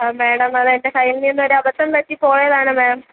അ madam അത് എൻ്റെ കയ്യിൽ നിന്നൊരബദ്ധം പറ്റിപ്പോയതാണ് മേം